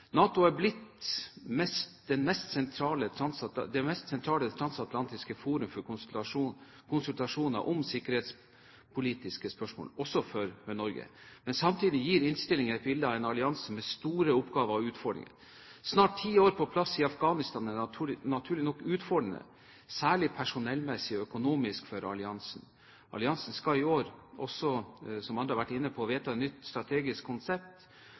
NATO er bærebjelken i norsk utenriks- og sikkerhetspolitikk. NATO er blitt det mest sentrale transatlantiske forum for konsultasjoner om sikkerhetspolitiske spørsmål, også for Norge. Samtidig gir innstillingen et bilde av en allianse med store oppgaver og utfordringer. Snart ti år på plass i Afghanistan er naturlig nok utfordrende, særlig personellmessig og økonomisk, for alliansen. Alliansen skal i år, som også andre har vært inne på, vedta et nytt strategisk konsept,